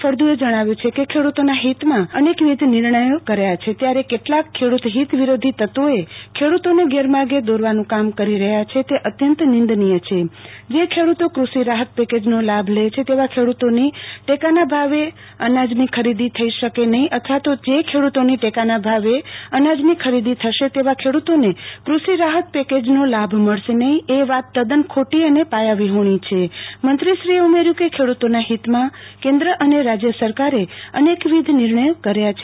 ફળદ્રુ એ જણાવ્યુ છે કે ખેડુ તોના હિતમાં રાજય સરકારે ખેડુ તોના હિતમાં અનેકવિધ નિર્ણયો કર્યા છે ત્યારે કેટલાક ખેડુત હિત વિરોધી તત્વો ખેડુતોને ગેરમાર્ગે દોરવાનું કામ કરી રહ્યા છે તે અત્યંત મિંદનીય છે જે ખેડુતો કૃષિ રાહત પેકજનો લાભ લે છે તેવા ખેડુ તોની ટેકાના ભાવે ખરીદી થશે નહી અથવાતો જે ખેડુ તોની ટેકાના ભાવે ખરીદી થશે તેવા ખેડુતોને કૃષિ રાહત પેકેજનો લાભ મળશે નહી એ વાત તદન ખોટી અને પાયાવિહોણી છ મંત્રીશ્રીએ ઉમેર્થુ કે ખેડુતોના હિતમાં કેન્દ્ર સરકાર અને રાજય સરકારે અનેકવિધ નિર્ણયો કર્યા છે